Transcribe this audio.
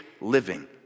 living